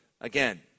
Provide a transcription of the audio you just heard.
again